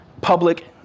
public